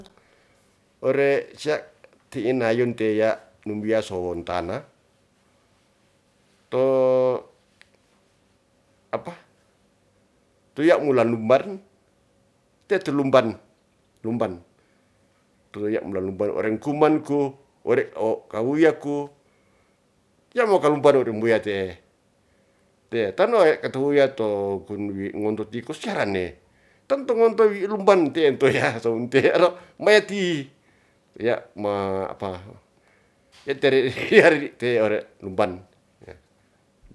Ore sia, ti'i nayun te ya' membiya sowon tana, to apa tu ya' ngulan lumbarn tetu lumban, lumban tu ya' ngulan lumbarn ore kumanku, ore wo kawuyaku ya' mo kalupandodo mbuya te'e. Te tono katu wuya to kun wi ngondo tikus sia rane tonto ngonto wi lumban te'e to ya sompe ro mayeti, ya' ma apa ye te reri hiariri te ore lumban